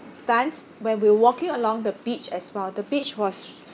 then when we walking along the beach as well the beach was